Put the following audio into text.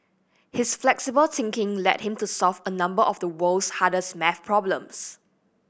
his flexible thinking led him to solve a number of the world's hardest maths problems